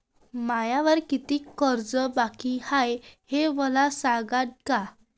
मायावर कितीक कर्ज बाकी हाय, हे मले सांगान का?